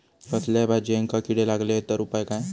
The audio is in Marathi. कसल्याय भाजायेंका किडे लागले तर उपाय काय?